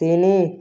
ତିନି